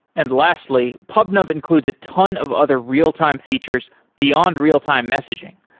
and lastly, pubnub includes a ton of other real-time features beyond real-time messaging,